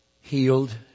healed